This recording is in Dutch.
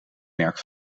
merk